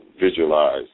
visualize